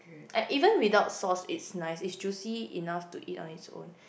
I even without sauce is nice it's juicy enough to eat on its own